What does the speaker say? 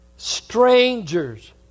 strangers